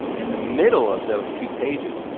in the middle of those two pages,